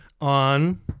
on